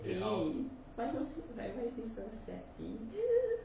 !ee! why so like why feel so sweaty